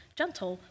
gentle